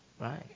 right